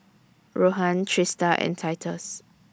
Rohan Trista and Titus